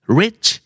rich